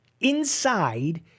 inside